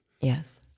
Yes